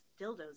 dildos